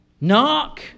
knock